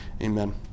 amen